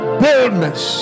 boldness